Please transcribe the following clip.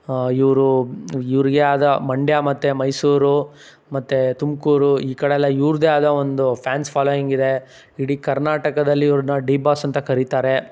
ಇವರು ಇವ್ರಿಗೆ ಆದ ಮಂಡ್ಯ ಮತ್ತು ಮೈಸೂರು ಮತ್ತೆ ತುಮಕೂರು ಈ ಕಡೆಯೆಲ್ಲ ಇವ್ರದ್ದೇ ಆದ ಒಂದು ಫ್ಯಾನ್ಸ್ ಫಾಲೋವಿಂಗ್ ಇದೆ ಇಡೀ ಕರ್ನಾಟಕದಲ್ಲಿ ಇವ್ರನ್ನ ಡಿ ಬಾಸ್ ಅಂತ ಕರಿತಾರೆ